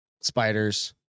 Spiders